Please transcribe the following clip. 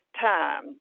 time